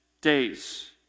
days